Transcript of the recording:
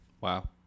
Wow